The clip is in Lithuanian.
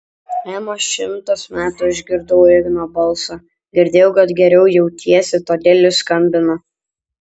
ema šimtas metų išgirdau igno balsą girdėjau kad geriau jautiesi todėl ir skambinu